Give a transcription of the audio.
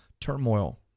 turmoil